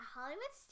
Hollywood